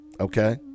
Okay